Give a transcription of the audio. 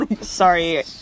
sorry